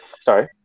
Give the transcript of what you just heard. Sorry